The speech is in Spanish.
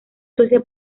suecia